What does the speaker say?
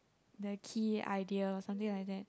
the key idea something like that